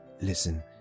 Listen